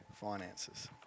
finances